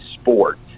sport